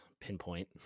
pinpoint